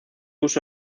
uso